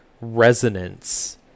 resonance